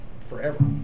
forever